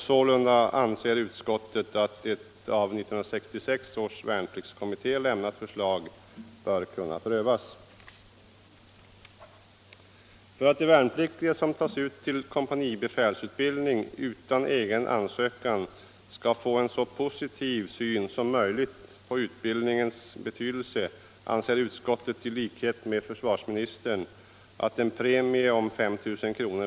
Sålunda anser utskottet att ett av 1966 års värnpliktskommitté avgivet förslag bör kunna prövas. För att de värnpliktiga som tas ut till kompanibefälsutbildning utan egen ansökan skall få en så positiv syn som möjligt på utbildningens betydelse anser utskottet i likhet med försvarsministern att en premie om 5 000 kr.